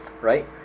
right